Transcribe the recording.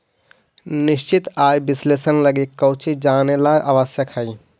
निश्चित आय विश्लेषण लगी कउची जानेला आवश्यक हइ?